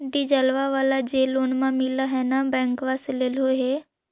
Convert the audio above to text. डिजलवा वाला जे लोनवा मिल है नै बैंकवा से लेलहो हे?